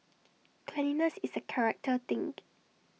cleanliness is A character thing